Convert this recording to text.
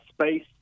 space